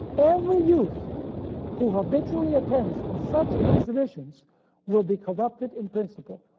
every youth who habitually attends such exhibitions will be corrupted in principle.